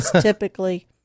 Typically